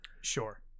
Sure